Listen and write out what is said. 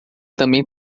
também